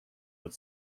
but